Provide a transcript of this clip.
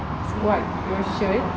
what the shirt